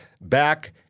back